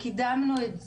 קידמנו את זה,